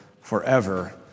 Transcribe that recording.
forever